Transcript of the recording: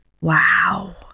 wow